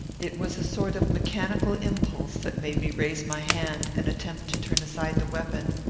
it was a sort of mechanical impulse that made me raise my hand and attempt to turn aside the weapon.